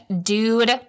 dude